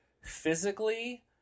physically